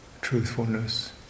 truthfulness